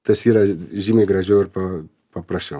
tas yra žymiai gražiau ir pa paprasčiau